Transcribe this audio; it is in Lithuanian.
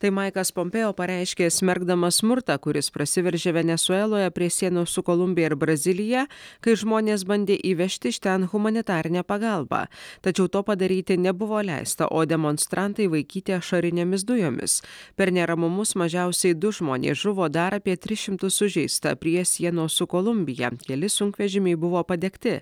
tai maikas pompėo pareiškė smerkdamas smurtą kuris prasiveržė venesueloje prie sienos su kolumbija ir brazilija kai žmonės bandė įvežti iš ten humanitarinę pagalbą tačiau to padaryti nebuvo leista o demonstrantai vaikyti ašarinėmis dujomis per neramumus mažiausiai du žmonės žuvo dar apie tris šimtus sužeista prie sienos su kolumbija keli sunkvežimiai buvo padegti